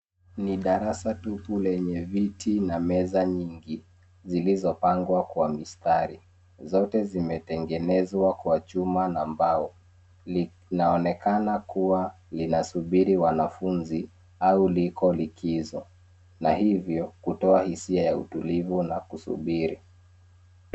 Ni darasa tupu lenye viti na meza nyingi zilizopangwa kwa mistari. Zote zimetengenezwa kwa chuma na mbao. Linaonekana kuwa linasubiri wanafunzi au liko likizo. Na hivyo, kunatoa hisia ya utulivu na kusubiri.